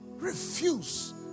refuse